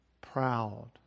proud